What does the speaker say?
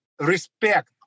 respect